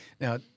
Now